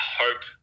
hope